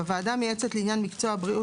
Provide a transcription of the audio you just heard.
בוועדה המייעצת לעניין מקצוע הבריאות